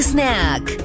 Snack